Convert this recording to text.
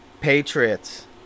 Patriots